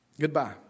Goodbye